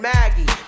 Maggie